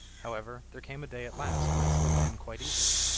however, there came a day at last when it slipped in quite easily.